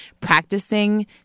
practicing